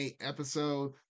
episode